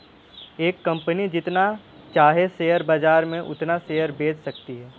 एक कंपनी जितना चाहे शेयर बाजार में उतना शेयर बेच सकती है